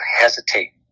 hesitate